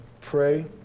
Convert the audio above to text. pray